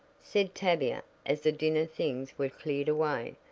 said tavia as the dinner things were cleared away.